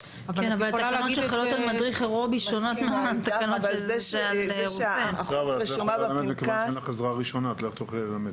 אבל ----- אבל אם אין לך ריענון בעזרה ראשונה את לא תוכלי ללמד.